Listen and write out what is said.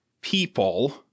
people